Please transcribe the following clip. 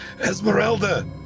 Esmeralda